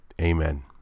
Amen